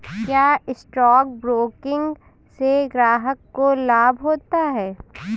क्या stock broking से ग्राहक को लाभ होता है?